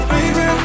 Baby